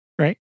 Right